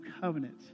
covenant